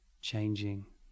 changing